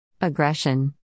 Aggression